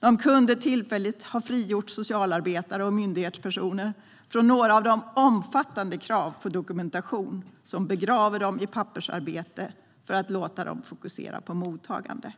Den kunde tillfälligt ha frigjort socialarbetare och myndighetspersoner från några av de omfattande krav på dokumentation som begraver dem i pappersarbete i stället för att låta dem fokusera på mottagandet.